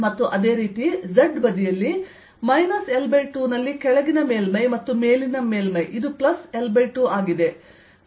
ಮತ್ತು ಅದೇ ರೀತಿ z ಬದಿಯಲ್ಲಿ ಮೈನಸ್ L2 ನಲ್ಲಿ ಕೆಳಗಿನ ಮೇಲ್ಮೈ ಮತ್ತು ಮೇಲಿನ ಮೇಲ್ಮೈ ಇದು ಪ್ಲಸ್ L2 ಆಗಿದೆ